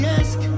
ask